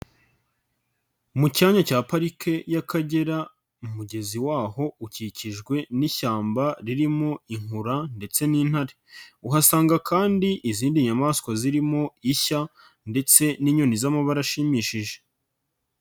Mu cyanya cya parike y'Akagera, umugezi waho ukikijwe n'ishyamba ririmo inkura ndetse n'intare. Uhasanga kandi izindi nyamaswa zirimo ishya ndetse n'inyoni z'amabara ashimishije.